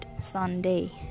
Sunday